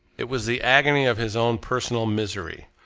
it was the agony of his own personal misery.